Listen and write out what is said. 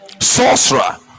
sorcerer